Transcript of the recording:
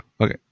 okay